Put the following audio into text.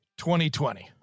2020